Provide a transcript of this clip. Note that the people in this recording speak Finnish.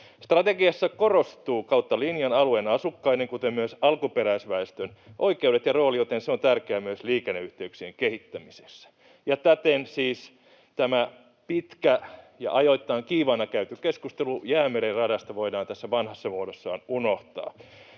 Strategiassa korostuu kautta linjan alueen asukkaiden kuten myös alkuperäisväestön oikeudet ja rooli, joten se on tärkeä myös liikenneyhteyksien kehittämisessä. Ja täten siis tämä pitkä ja ajoittain kiivaana käyty keskustelu Jäämeren radasta voidaan tässä vanhassa muodossaan unohtaa.